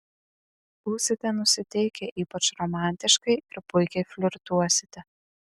būsite nusiteikę ypač romantiškai ir puikiai flirtuosite